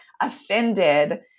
offended